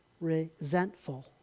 resentful